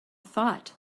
thought